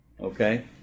Okay